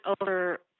over